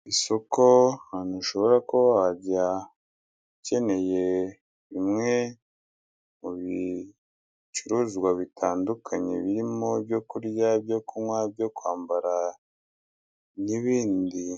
Isoko ahantu ushobora kuba wajya ukeneye bimwe mu bicuruzwa bitandukanye birimo ibyo kurya, ibyo kunywa, ibyo kwambara n'ibindi.